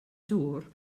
dŵr